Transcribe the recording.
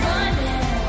Running